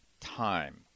time